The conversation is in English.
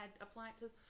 appliances